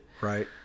Right